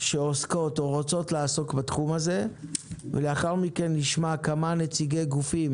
שעוסקות או רוצות לעסוק בתחום הזה ולאחר מכן נשמע כמה נציגי גופים